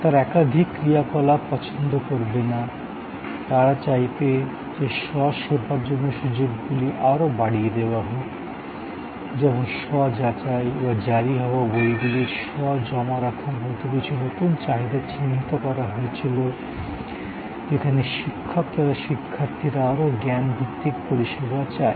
তারা একাধিক ক্রিয়াকলাপ পছন্দ করবে না তারা চাইবে যে স্ব সেবার জন্য সুযোগগুলি আরও বাড়িয়ে দেওয়া হোক যেমন স্ব যাচাই বা জারি হওয়া বইগুলির স্ব জমা রাখার মতো কিছু নতুন চাহিদা চিহ্নিত করা হয়েছিল যেখানে শিক্ষক তথা শিক্ষার্থীরা আরও জ্ঞান ভিত্তিক পরিষেবা চায়